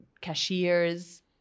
cashiers